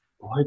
boy